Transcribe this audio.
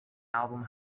album